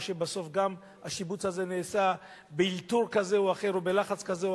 או שבסוף גם השיבוץ הזה נעשה באלתור כזה או אחר או בלחץ כזה או